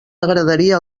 agradaria